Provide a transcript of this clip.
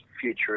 future